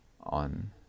on